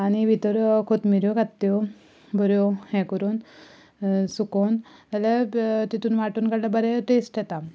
आनी भितर कोथमीऱ्यो घात त्यो बऱ्यो हें करून सुकोवन जाल्यार तितून वांटून काडल्यार बरें टॅस्ट येता